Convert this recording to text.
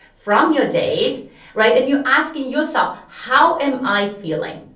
from your date right and you're asking yourself, how am i feeling?